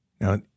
Now